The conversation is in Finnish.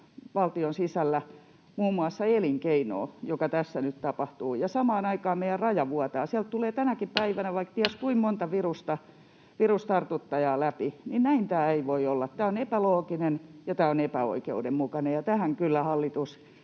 valtion sisällä muun muassa elinkeinoa, mikä tässä nyt tapahtuu, ja samaan aikaan meidän raja vuotaa — sieltä tulee tänäkin päivänä vaikka ties kuinka monta virustartuttajaa läpi — niin näin tämä ei voi olla. Tämä on epäloogista, ja tämä on epäoikeudenmukaista, ja tähän kyllä hallituksen